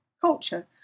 culture